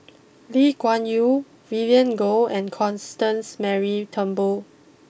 Lee Kuan Yew Vivien Goh and Constance Mary Turnbull